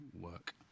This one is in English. work